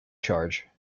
charge